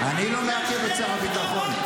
אני לא מעכב את שר הביטחון.